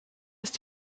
ist